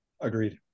Agreed